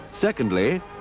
Secondly